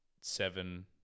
seven